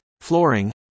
flooring